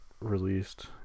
released